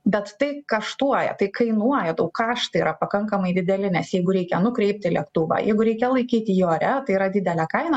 bet tai kaštuoja tai kainuoja tau kaštai yra pakankamai dideli nes jeigu reikia nukreipti lėktuvą jeigu reikia laikyti jį ore tai yra didelė kaina